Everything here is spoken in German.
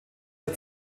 der